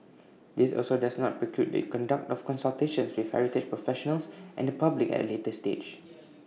this also does not preclude the conduct of consultations with heritage professionals and the public at A later stage